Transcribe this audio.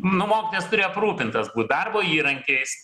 nu mokytojas turi aprūpintas darbo įrankiais